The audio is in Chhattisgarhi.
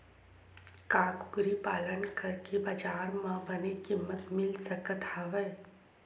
का कुकरी पालन करके बजार म बने किमत मिल सकत हवय?